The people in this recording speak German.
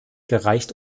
gereicht